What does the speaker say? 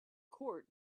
court